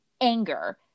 anger